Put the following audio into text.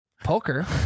Poker